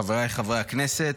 חבריי חברי הכנסת,